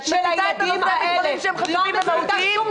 זה לא רלוונטי.